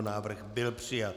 Návrh byl přijat.